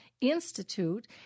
Institute